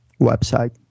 website